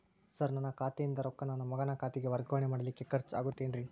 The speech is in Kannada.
ಸರ್ ನನ್ನ ಖಾತೆಯಿಂದ ರೊಕ್ಕ ನನ್ನ ಮಗನ ಖಾತೆಗೆ ವರ್ಗಾವಣೆ ಮಾಡಲಿಕ್ಕೆ ಖರ್ಚ್ ಆಗುತ್ತೇನ್ರಿ?